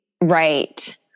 right